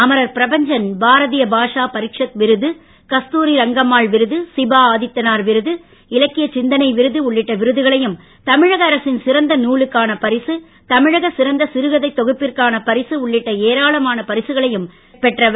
அமர்ர் பிரபஞ்சன் பாரதிய பாஷா பரிக்சத் விருது கஸ்தாரி ரங்கம்மாள் விருது சிபா ஆதித்தனார் விருது இலக்கியச் சிந்தனை விருது உள்ளிட்ட விருதுகளையும் தமிழக அரசின் சிறந்த நூலுக்கான பரிசு தமிழக சிறந்த சிறுகதைத் தொகுப்பிற்கான பரிசு உள்ளிட்ட ஏராளமான விருதுகளையும் பரிசுகளையும் பெற்றவர்